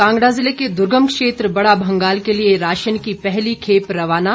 कांगड़ा जिले के दूर्गम क्षेत्र बड़ा भंगाल के लिए राशन की पहली खेप रवाना